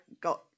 got